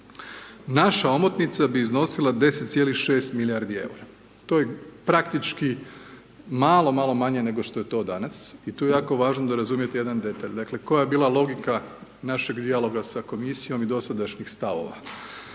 Naša omotnica bi iznosila 10,6 milijardi eura. To je praktički malo malo manje nego što je to danas i tu je jako važno da razumijete jedan detalj. Dakle, koja je bila logika našeg dijaloga sa Komisijom i dosadašnjih stavova.